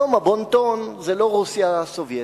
היום הבון-טון זה לא רוסיה הסובייטית,